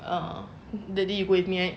eh that day you with me